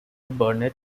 burnett